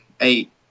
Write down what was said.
eight